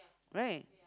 right